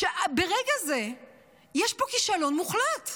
שברגע זה יש פה כישלון מוחלט.